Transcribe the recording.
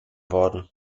worden